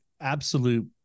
absolute